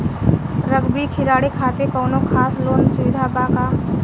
Rugby खिलाड़ी खातिर कौनो खास लोन सुविधा बा का?